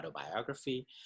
autobiography